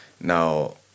Now